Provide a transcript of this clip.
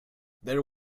there